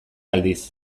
aldiz